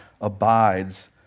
abides